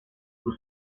sus